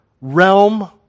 realm